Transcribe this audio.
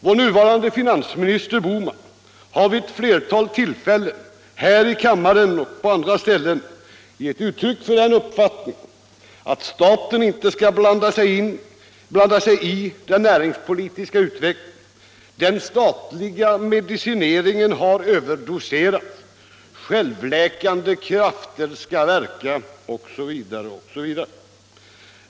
Vår nuvarande finansminister Bohman har vid ett flertal tillfällen här i kammaren och på andra ställen gett uttryck för den uppfattningen att staten inte skall blanda sig i den näringspolitiska utvecklingen, att den statliga medicinen har överdoserats, att självläkande krafter skall verka osv.